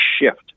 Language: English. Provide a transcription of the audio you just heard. shift